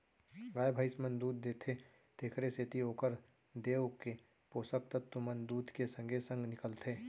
गाय भइंस मन दूद देथे तेकरे सेती ओकर देंव के पोसक तत्व मन दूद के संगे संग निकलथें